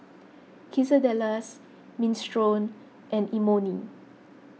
Quesadillas Minestrone and Imoni